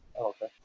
Okay